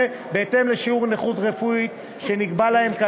בהתאם לשיעור הנכות הרפואית שנקבעה להם.